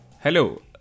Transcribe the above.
Hello